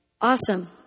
Awesome